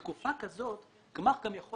בתקופה כזאת גמ"ח גם יכול